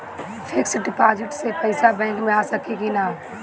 Fix deposit से पैसा bank मे आ सकी कि ना?